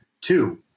two